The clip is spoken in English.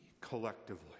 collectively